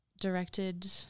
directed